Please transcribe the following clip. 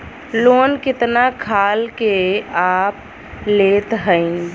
Loan कितना खाल के आप लेत हईन?